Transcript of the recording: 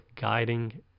guiding